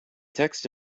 text